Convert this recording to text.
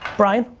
bryan?